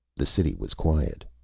the city was quiet,